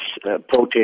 protest